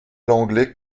l’anglais